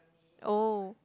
oh